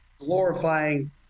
glorifying